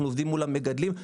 אנחנו עובדים מול המגדלים.